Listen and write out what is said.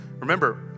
Remember